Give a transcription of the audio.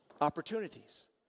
opportunities